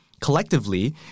Collectively